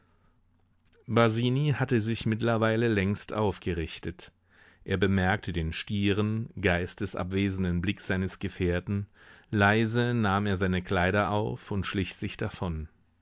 basini hatte sich mittlerweile längst aufgerichtet er bemerkte den stieren geistesabwesenden blick seines gefährten leise nahm er seine kleider auf und schlich sich davon